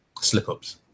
slip-ups